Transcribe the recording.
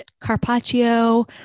carpaccio